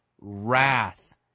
wrath